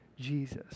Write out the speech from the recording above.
Jesus